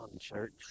church